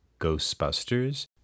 Ghostbusters